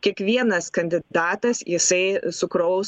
kiekvienas kandidatas jisai sukraus